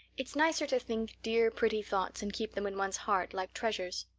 it's nicer to think dear, pretty thoughts and keep them in one's heart, like treasures.